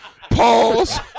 pause